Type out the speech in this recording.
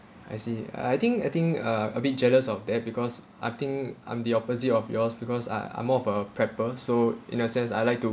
I see I think I think uh a bit jealous of that because I think I'm the opposite of yours because I I'm more of a prepper so in a sense I like to